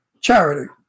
charity